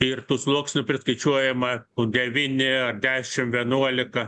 ir tų sluoksnių priskaičiuojama devyni ar dešim vienuolika